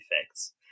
effects